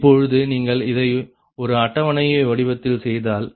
இப்பொழுது நீங்கள் இதை ஒரு அட்டவணை வடிவத்தில் செய்தால் 39